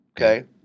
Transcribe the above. okay